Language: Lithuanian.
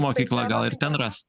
mokykla gal ir ten ras